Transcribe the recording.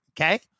okay